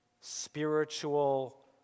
spiritual